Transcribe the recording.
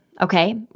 Okay